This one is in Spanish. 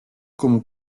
como